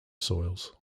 soils